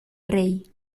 rey